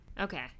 okay